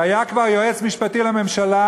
כי היה כבר יועץ משפטי לממשלה,